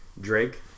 Drake